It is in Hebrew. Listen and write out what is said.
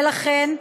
לכן,